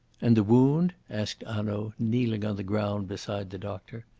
and the wound? asked hanaud, kneeling on the ground beside the doctor.